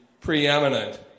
preeminent